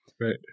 right